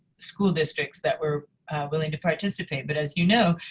school districts that were willing to participate. but as you know,